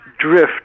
Drift